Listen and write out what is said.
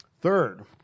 Third